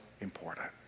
important